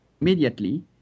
immediately